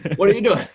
what are you doing?